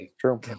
true